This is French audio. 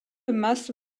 masse